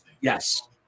Yes